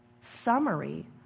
summary